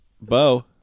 Bo